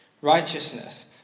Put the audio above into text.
Righteousness